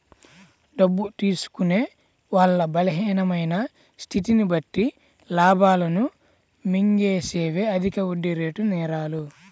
డబ్బు తీసుకునే వాళ్ళ బలహీనమైన స్థితిని బట్టి లాభాలను మింగేసేవే అధిక వడ్డీరేటు నేరాలు